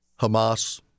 Hamas